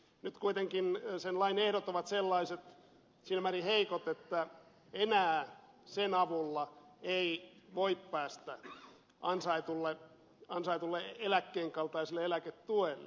nyt kuitenkin sen lain ehdot ovat sellaiset siinä määrin heikot että enää sen avulla ei voi päästä ansaitulle eläkkeen kaltaiselle eläketuelle